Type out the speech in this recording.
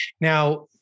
Now